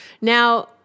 Now